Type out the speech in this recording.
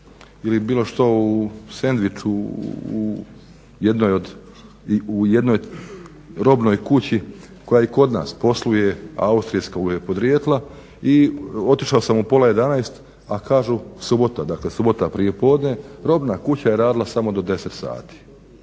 ili bilo što, sendvič u jednoj robnoj kući koja i kod nas posluje a austrijskog je podrijetla i otišao sam u pola jedanaest subota, dakle subota prijepodne, robna kuća je radila samo do 10 sati.